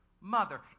mother